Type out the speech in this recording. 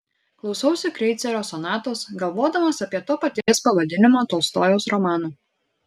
klausausi kreicerio sonatos galvodamas apie to paties pavadinimo tolstojaus romaną